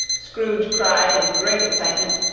scrooge cried in great excitement